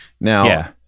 Now